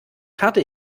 karte